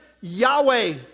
Yahweh